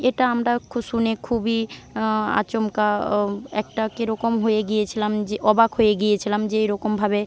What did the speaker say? এটা আমরা খু শুনে খুবই আচমকা ও একটা কীরকম হয়ে গিয়েছিলাম যে অবাক হয়ে গিয়েছিলাম যে এরকমভাবে